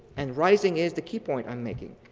and rising is the key point i'm making.